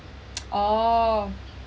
oh